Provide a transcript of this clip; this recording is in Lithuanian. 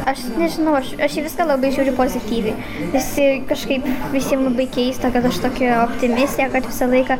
aš nežinau aš aš į viską labai žiūriu pozityviai visi kažkaip visiem labai keista kad aš tokia optimistė kad visą laiką